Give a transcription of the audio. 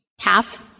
half